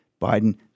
Biden